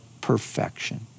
perfection